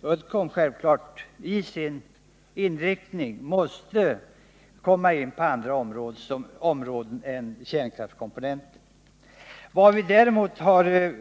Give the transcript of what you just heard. Uddcomb måste självfallet, som jag sade, i sin produktionsinriktning komma in på andra områden än kärnkraftskomponenter och nukleär materiel.